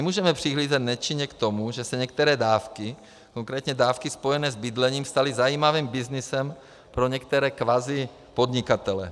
Nemůžeme přihlížet nečinně k tomu, že se některé dávky, konkrétně dávky spojené s bydlením, staly zajímavým byznysem pro některé kvazipodnikatele.